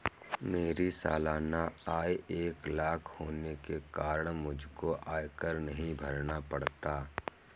मेरी सालाना आय एक लाख होने के कारण मुझको आयकर नहीं भरना पड़ता